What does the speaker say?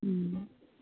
ம்